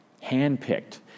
hand-picked